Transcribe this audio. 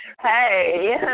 Hey